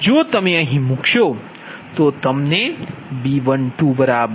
જો તમે અહીં મૂકશો તો તમને B120